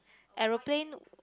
aeroplane